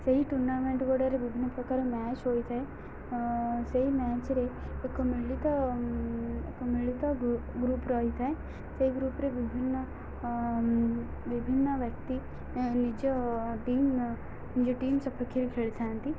ସେହି ଟୁର୍ଣ୍ଣାମେଣ୍ଟଗୁଡ଼ିକରେ ବିଭିନ୍ନ ପ୍ରକାର ମ୍ୟାଚ୍ ହୋଇଥାଏ ସେହି ମ୍ୟାଚରେ ଏକ ମିଳିତ ଏକ ମିଳିତ ଗ୍ରୁପ ରହିଥାଏ ସେହି ଗ୍ରୁପରେ ବିଭିନ୍ନ ବିଭିନ୍ନ ବ୍ୟକ୍ତି ନିଜ ଟିମ୍ ନିଜ ଟିମ୍ ସପକ୍ଷରେ ଖେଳିଥାନ୍ତି